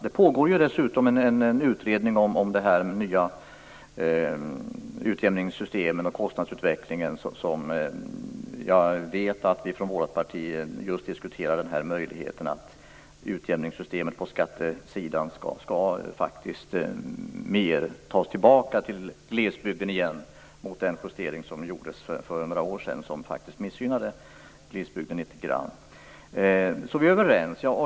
Det pågår en utredning om de nya utjämningssystemen och kostnadsutvecklingen. Jag vet att vi från vårt parti diskuterar frågan om utjämningssystemet bör göra så att mer pengar kommer tillbaks till glesbygden skattevägen. Den justering som gjordes för några år sedan missgynnade faktiskt glesbygden litet grand. Vi är överens.